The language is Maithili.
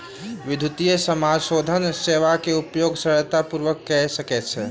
विद्युतीय समाशोधन सेवाक उपयोग सरलता पूर्वक कय सकै छै